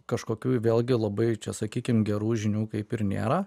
kažkokių vėlgi labai čia sakykim gerų žinių kaip ir nėra